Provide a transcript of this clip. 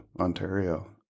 Ontario